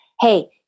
Hey